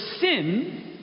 sin